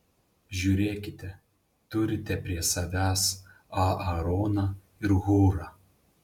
žiūrėkite turite prie savęs aaroną ir hūrą